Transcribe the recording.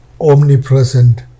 omnipresent